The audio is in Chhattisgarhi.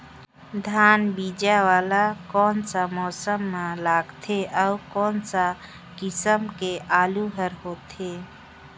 धान बीजा वाला कोन सा मौसम म लगथे अउ कोन सा किसम के आलू हर होथे?